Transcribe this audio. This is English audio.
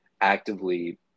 actively